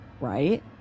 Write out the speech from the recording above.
right